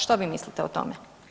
Što vi mislite o tome?